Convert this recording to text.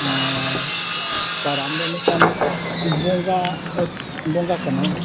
ᱟᱨ ᱠᱟᱨᱟᱢ ᱫᱚ ᱢᱤᱫᱴᱟᱝ ᱵᱚᱸᱜᱟ ᱵᱚᱸᱜᱟ ᱠᱟᱱᱟᱭ